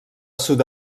sud